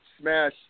smash